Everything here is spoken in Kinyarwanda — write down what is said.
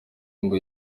ngo